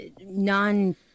Non